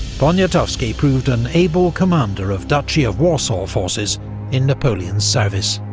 poniatowski proved an able commander of duchy of warsaw forces in napoleon's service.